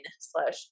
slash